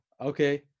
Okay